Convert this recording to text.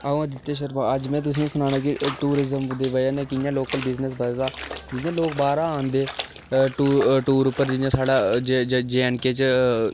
आई अदित्य शर्मा अज्ज में तुसें गी सनान्नां कि टूरिज़म दी वजाह् कन्नै कि'यां लोकल बिज़नस बधदा जि'यां लोक बाह्रा औंदे टूर उप्पर जि'यां साढ़ै जे एण्ड के च